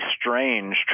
strange